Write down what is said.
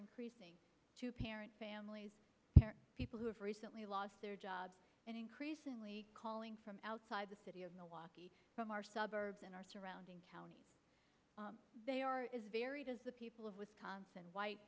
increasing two parent families people who have recently lost their jobs and increasingly calling from outside the city of milwaukee from our suburbs and our surrounding counties they are as varied as the people of wisconsin white